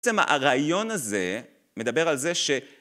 בעצם הרעיון הזה מדבר על זה ש...